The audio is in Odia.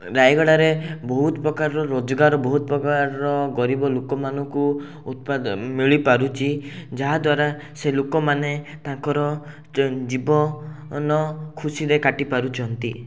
ରାୟଗଡ଼ାରେ ବହୁତ ପ୍ରକାରର ରୋଜଗାର ବହୁତ ପ୍ରକାରର ଗରିବ ଲୋକମାନଙ୍କୁ ଉତ୍ପାଦ ମିଳିପାରୁଛି ଯାହାଦ୍ୱାରା ସେ ଲୋକମାନେ ତାଙ୍କର ଜୀବନ ଖୁସିରେ କାଟିପାରୁଛନ୍ତି